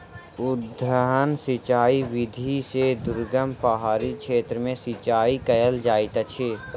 उद्वहन सिचाई विधि से दुर्गम पहाड़ी क्षेत्र में सिचाई कयल जाइत अछि